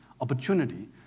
opportunity